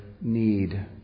need